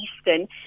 Eastern